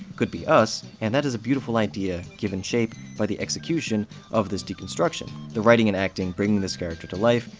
could be us, and that is a beautiful idea given shape by the execution of this deconstruction, the writing and acting bringing this character to life,